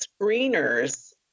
screeners